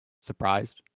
surprised